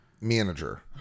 manager